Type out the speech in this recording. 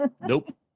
Nope